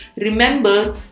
remember